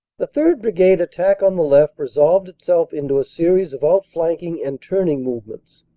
the third. brigade attack on the left resolved itself into a series of out-flanking and turning movements.